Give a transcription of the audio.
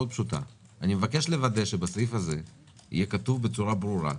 אני מבקש לוודא שבסעיף הזה יהיה כתוב בצורה ברורה,